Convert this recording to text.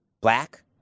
Black